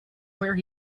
where